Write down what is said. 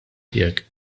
tiegħek